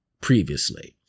previously